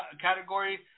category